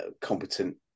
competent